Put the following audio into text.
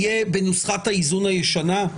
יהיה בנוסחת האיזון הישנה?